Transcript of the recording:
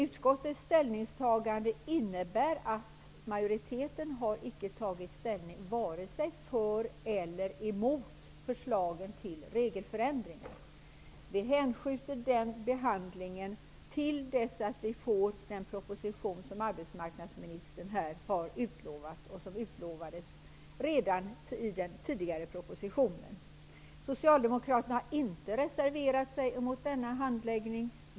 Utskottets ställningstagande innebär att majoriteten icke har tagit ställning vare sig för eller emot förslagen till regelförändringar. Vi hänskjuter behandlingen av det till dess att vi får den proposition som arbetsmarknadsministern här har utlovat; det utlovades redan i den tidigare propositionen. Socialdemokraterna har inte reserverat sig mot denna handläggning.